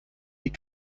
die